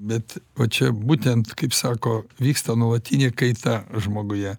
bet va čia būtent kaip sako vyksta nuolatinė kaita žmoguje